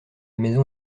maison